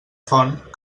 font